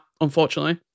unfortunately